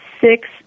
six